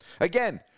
Again